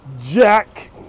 Jack